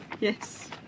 Yes